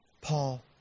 Paul